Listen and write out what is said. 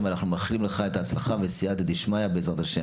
אנחנו מאחלים לך הצלחה, בסיעתא דשמיא, בעזרת ה'.